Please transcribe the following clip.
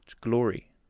glory